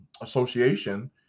association